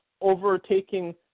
overtaking